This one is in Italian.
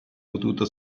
potuto